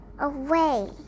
away